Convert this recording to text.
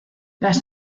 las